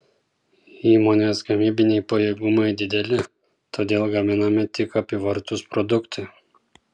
įmonės gamybiniai pajėgumai dideli todėl gaminami tik apyvartūs produktai